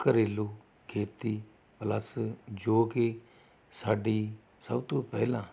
ਘਰੇਲੂ ਖੇਤੀ ਪਲੱਸ ਜੋ ਕਿ ਸਾਡੀ ਸਭ ਤੋਂ ਪਹਿਲਾਂ